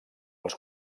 els